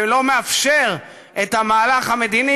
שלא מאפשר את המהלך המדיני,